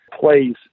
plays